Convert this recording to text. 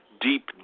deep